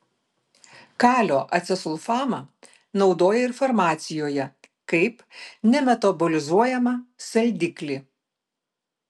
kalio acesulfamą naudoja ir farmacijoje kaip nemetabolizuojamą saldiklį